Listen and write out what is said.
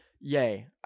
yay